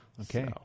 Okay